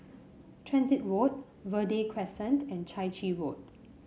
Transit Road Verde Crescent and Chai Chee Road